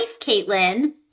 Caitlin